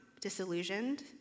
disillusioned